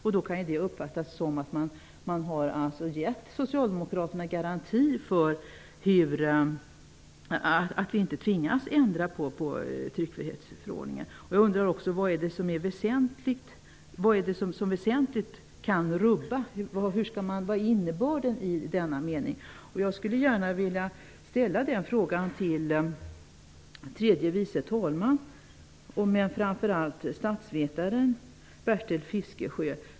Det kan uppfattas som om man har gett Socialdemokraterna garanti för att vi inte skall tvingas ändra på tryckfrihetsförordningen. Jag undrar vad ''väsentligt rubbar'' innebär. Den frågan skulle jag vilja ställa till tredje vice talman och tillika statsvetaren Bertil Fiskesjö.